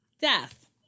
Death